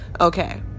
Okay